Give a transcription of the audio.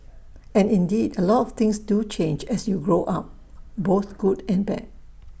and indeed A lot of things do change as you grow up both good and bad